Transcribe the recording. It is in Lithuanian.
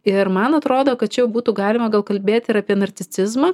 ir man atrodo kad čia jau būtų galima kalbėt ir apie narcisizmą